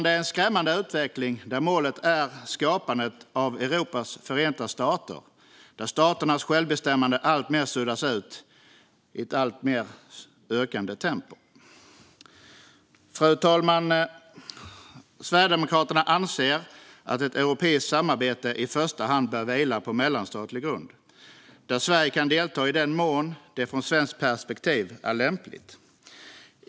Detta är en skrämmande utveckling där målet är skapandet av Europas förenta stater, där staternas självbestämmande alltmer suddas ut i ett allt högre tempo. Fru talman! Sverigedemokraterna anser att ett europeiskt samarbete i första hand bör vila på mellanstatlig grund och att Sverige bör delta i den mån det från svenskt perspektiv är lämpligt.